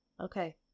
Okay